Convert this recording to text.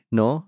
no